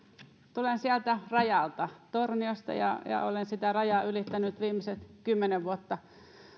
tulen sieltä rajalta torniosta ja ja olen sitä rajaa ylittänyt viimeiset kymmenen vuotta